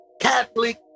Catholic